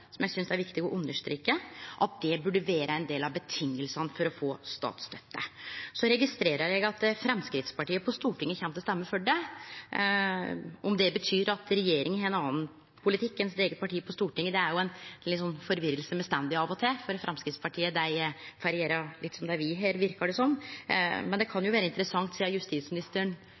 som eg synest det er viktig å understreke, for det burde vere ein del av vilkåra for å få statsstøtte. Eg registrerer at Framstegspartiet på Stortinget kjem til å stemme for det. Om det betyr at regjeringa har ein annan politikk enn eige parti på Stortinget, er ei forvirring me står i av og til, for Framstegspartiet får gjere litt som dei vil her, verkar det som. Men det kan vere interessant om justisministeren